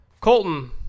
Colton